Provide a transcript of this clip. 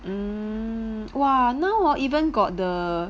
mm !wah! now hor even got the